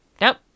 nope